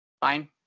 fine